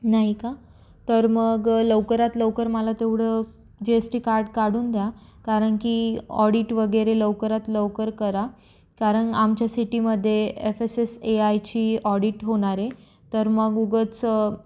नाही का तर मग लवकरात लवकर मला तेवढं जी एस टी कार्ड काढून द्या कारण की ऑडीट वगैरे लवकरात लवकर करा कारण आमच्या सिटीमध्ये एफ एस एस ए आयची ऑडीट होणार आहे तर मग उगाच